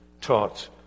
taught